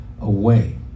away